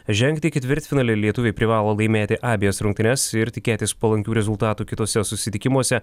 žengti į ketvirtfinalį lietuviai privalo laimėti abejas rungtynes ir tikėtis palankių rezultatų kituose susitikimuose